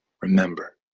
remember